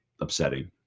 upsetting